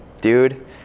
dude